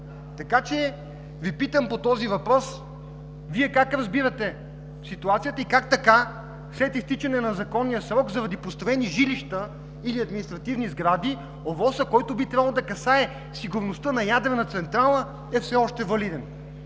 Така че Ви питам по този въпрос: Вие как разбирате ситуацията и как така след изтичане на законния срок заради построени жилища или административни сгради ОВОС-ът, който би трябвало да касае сигурността на ядрена централа, е все още валиден?